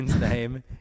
name